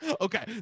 Okay